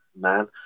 man